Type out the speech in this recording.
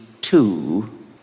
Two